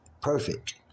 Perfect